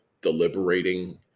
deliberating